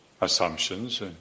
assumptions